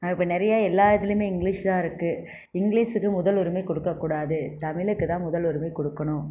அது இப்போ நிறைய எல்லா இதுலேயுமே இங்கிலீஷ்தான்ருக்கு இங்கிலீசுக்கு முதலுரிமை கொடுக்க கூடாது தமிழுக்கு தான் முதலுரிமை கொடுக்கணும்